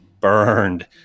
burned